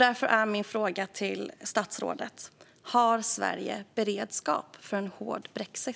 Därför är min fråga till statsrådet följande: Har Sverige beredskap för en hård brexit?